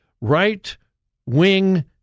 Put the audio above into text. right-wing